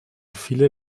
viele